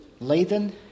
Laden